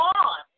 on